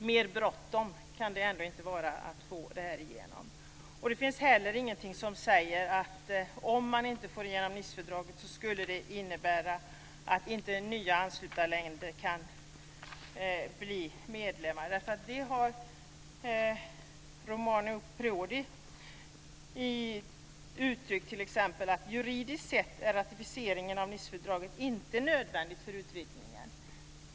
Mer bråttom kan det ändå inte vara att få igenom detta. Det finns heller ingenting som säger att om man inte får igenom Nicefördraget skulle det innebära att nya länder inte kan bli medlemmar. Romano Prodi har uttryckt att juridiskt sett är ratificeringen av Nicefördraget inte nödvändig för utvidgningen.